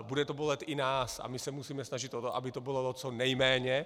Bude to bolet i nás a my se musíme snažit o to, aby to bolelo co nejméně.